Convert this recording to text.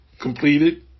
completed